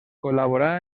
col·laborà